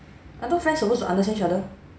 I thought friends supposed to understand each other